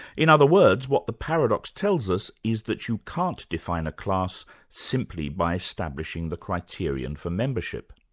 in other words what the paradox tells us is that you can't define a class simply by establishing the criterion for membership.